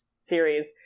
series